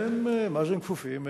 מה זה "הם כפופים"?